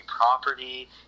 property